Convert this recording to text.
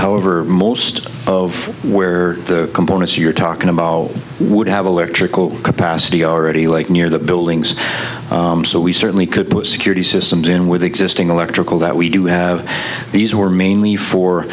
however most of where the components you're talking about would have electrical capacity already like near the buildings so we certainly could put security systems in with existing electrical that we do have these are mainly for